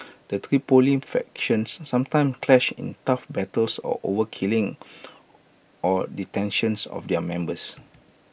the Tripoli factions sometimes clash in turf battles or over killing or detentions of their members